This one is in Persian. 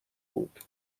بود